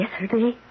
Yesterday